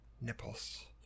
nipples